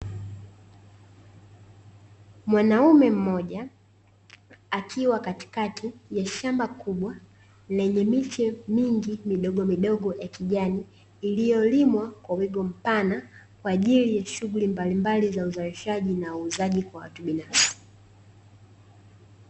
Mwanaume mmoja akiwa katikati ya shamba kubwa lenye miche mingi midogomidogo ya kijani ,iliyolimwa kwa wigo mpana kwa ajili ya shinguli mbalimbali ya uzalishaji na uuzwaji kwa watu binafsi.